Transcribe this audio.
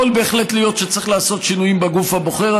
יכול בהחלט להיות שצריך לעשות שינויים בגוף הבוחר.